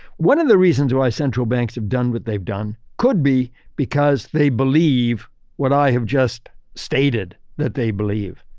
one of the reasons why central banks have done what they've done could be because they believe what i have just stated that they believe.